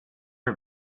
her